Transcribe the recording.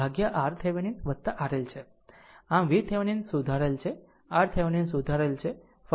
આમ VThevenin સુધારેલ છે RThevenin સુધારેલ છે ફક્ત RL બદલાઈ રહ્યું છે